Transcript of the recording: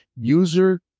user